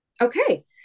Okay